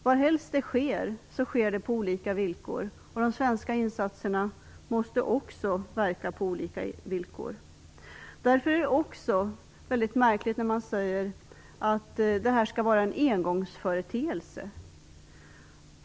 Varhelst detta sker så sker det på olika villkor, och de svenska insatserna måste också ske på olika villkor. Därför är det väldigt märkligt när man också säger att detta skall vara en engångsföreteelse.